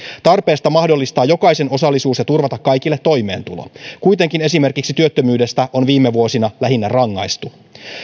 tarpeesta mahdollistaa jokaisen osallisuus ja turvata kaikille toimeentulo kuitenkin esimerkiksi työttömyydestä on viime vuosina lähinnä rangaistu